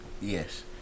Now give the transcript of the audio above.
Yes